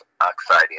oxide